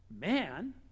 man